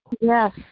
Yes